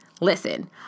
Listen